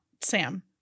Sam